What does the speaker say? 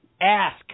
ask